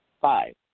Five